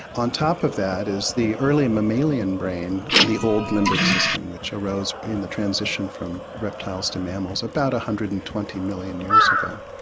on top of that is the early mammalian brain, the old limbic system, which arose in the transition from reptiles to mammals about one hundred and twenty million years ago,